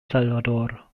salvador